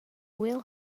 will